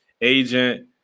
agent